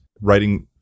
writing